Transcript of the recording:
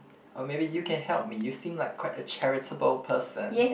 or maybe you can help me you seem like quite a charitable person